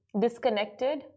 disconnected